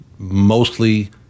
mostly